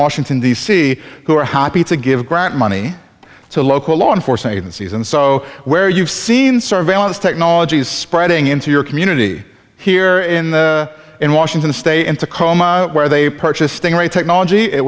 washington d c who are happy to give grant money to local law enforcement agencies and so where you've seen surveillance technology is spreading into your community here in in washington state in tacoma where they purchased sting ray technology it